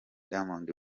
diamond